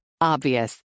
Obvious